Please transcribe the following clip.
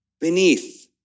beneath